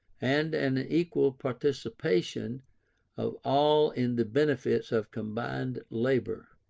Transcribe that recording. and an equal participation of all in the benefits of combined labour.